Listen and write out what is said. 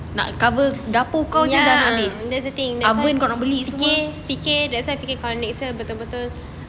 nak cover dapur kau aje dah habis oven kalau nak beli semua